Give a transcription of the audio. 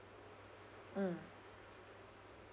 mm